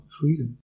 freedom